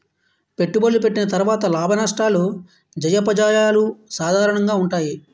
పెట్టుబడులు పెట్టిన తర్వాత లాభనష్టాలు జయాపజయాలు సాధారణంగా ఉంటాయి